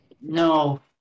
No